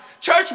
church